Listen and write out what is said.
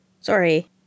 Sorry